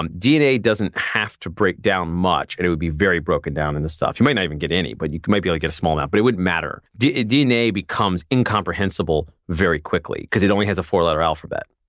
um dna doesn't have to break down much, and it would be very broken down in this stuff. you might not even get any. but you might be able to like get a small amount but it wouldn't matter. dna dna becomes incomprehensible very quickly because it only has a four-letter alphabet.